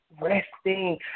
resting